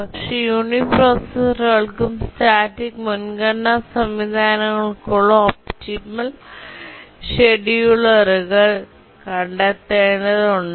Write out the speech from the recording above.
പക്ഷേ യൂണിപ്രൊസസ്സറുകൾക്കും സ്റ്റാറ്റിക് മുൻഗണനാ സംവിധാനങ്ങൾക്കുമുള്ള ഒപ്റ്റിമൽ ഷെഡ്യൂളറുകൾ കണ്ടെത്തേണ്ടതുണ്ട്